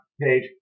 page